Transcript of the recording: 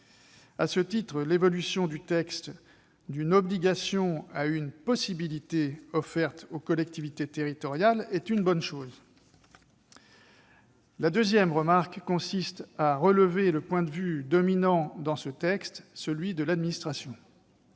À ce titre, l'évolution du texte d'une obligation vers une possibilité offerte aux collectivités territoriales est une bonne chose. Deuxièmement, je relève que le point de vue dominant dans ce texte est celui de l'administration.